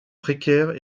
précaire